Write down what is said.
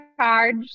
charge